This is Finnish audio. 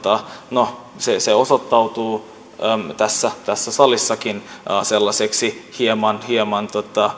no se se osoittautuu tässä tässä salissakin sellaiseksi hieman hieman